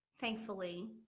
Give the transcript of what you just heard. thankfully